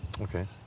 Okay